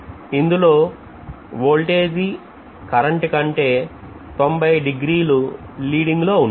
ఇందులో voltage current కంటే లు 90 డిగ్రీలు లీడింగ్లో ఉంటుంది